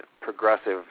progressive